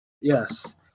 Yes